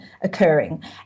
occurring